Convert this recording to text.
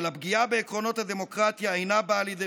אבל הפגיעה בעקרונות הדמוקרטיה אינה באה לידי